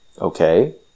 okay